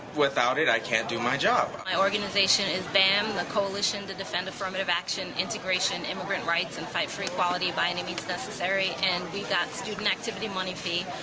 without it i can't do my job. my organization is them. the coalition to defend affirmative action integration, immigrant rights and fight for equality by any means necessary. and we got student activity money fee.